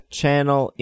channel